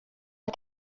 uyu